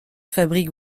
fabrique